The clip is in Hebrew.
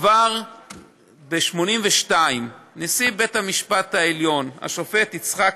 כבר ב-1982 נשיא בית המשפט העליון, השופט יצחק